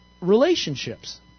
relationships